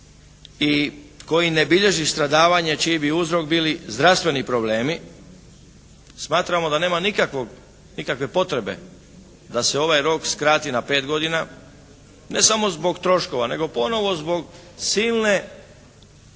i koji ne bilježi stradavanje čiji bi uzrok bili zdravstveni problemi. Smatramo da nema nikakve potrebe da se ovaj rok skrati na rok od pet godina, ne samo zbog troškova, nego ponovo zbog silne